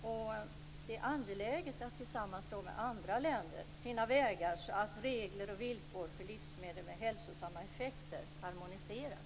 Det är angeläget att tillsammans med andra länder finna vägar så att regler och villkor för livsmedel med hälsosamma effekter harmoniseras.